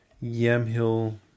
Yamhill